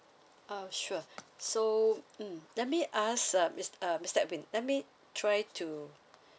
uh sure so mm let me ask uh miss uh mister edwin let me try to